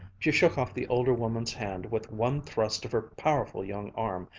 she shook off the older woman's hand with one thrust of her powerful young arm,